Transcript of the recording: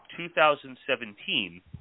2017